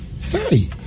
Hey